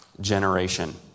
generation